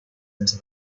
into